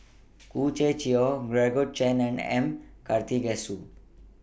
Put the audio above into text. Khoo Swee Chiow Georgette Chen and M Karthigesu